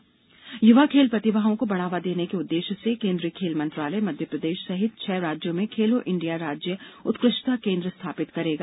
खेलो India युवा खेल प्रतिभाओं को बढ़ावा देने के उद्देश्य से केन्द्रीय खेल मंत्रालय मध्यप्रदेश सहित छह राज्यों में खेलो इंडिया राज्य उत्कृष्टता केन्द्र स्थापित करेगा